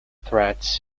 threats